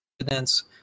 evidence